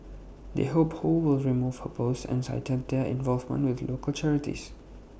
they hope ho will remove her post and cited their involvement with local charities